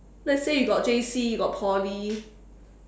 let's say you got J_C you got Poly